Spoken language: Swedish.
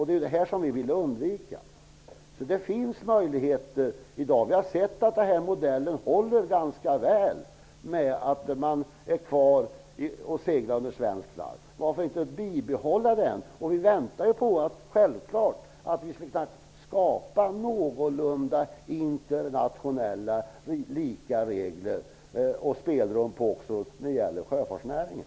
Det är detta vi ville undvika. Det finns alltså möjligheter i dag. Vi har sett att modellen håller ganska väl. Man kan vara kvar och segla under svensk flagg. Varför inte bibehålla den? Vi väntar självklart på att man kan skapa någorlunda lika internationella regler och spelrum också när det gäller sjöfartsnäringen.